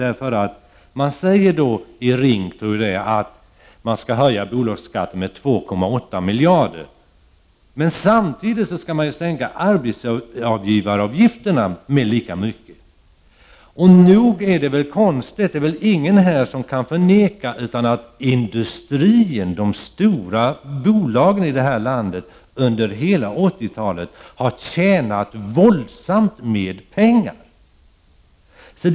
Jag tror att det var i RINK det sades att man skall höja bolagsskatten med 2,8 miljarder kronor. Samtidigt skall man dock sänka arbetsgivaravgifterna med samma belopp. Nog är det väl konstigt. Det är ingen som kan förneka att industrin, de stora bolagen i vårt land, har tjänat enormt mycket pengar under hela 1980-talet.